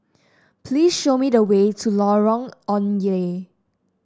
please show me the way to Lorong Ong Lye